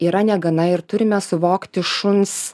yra negana ir turime suvokti šuns